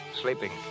sleeping